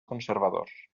conservadors